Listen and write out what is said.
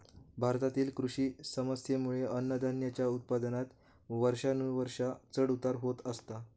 भारतातील कृषी समस्येंमुळे अन्नधान्याच्या उत्पादनात वर्षानुवर्षा चढ उतार होत असतत